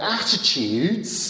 attitudes